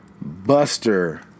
Buster